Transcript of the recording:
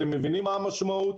אתם מבינים מה המשמעות.